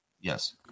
yes